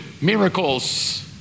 miracles